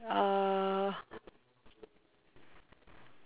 uh